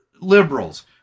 liberals